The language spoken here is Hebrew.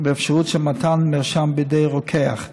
באפשרות של מתן מרשם בידי רוקח.